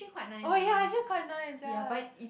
oh ya actually quite nice ya